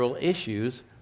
issues